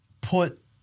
put